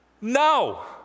No